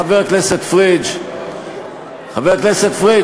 חבר הכנסת פריג' חבר הכנסת פריג',